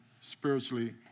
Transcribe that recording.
spiritually